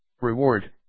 Reward